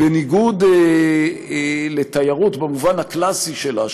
בניגוד לתיירות במובן הקלאסי שלה,